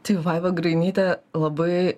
tai vaiva grainytė labai